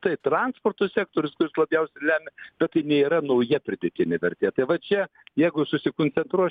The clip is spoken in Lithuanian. tai transporto sektorius kuris labiausiai lemia bet tai nėra nauja pridėtinė vertė tai va čia jeigu susikoncentruos